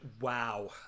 wow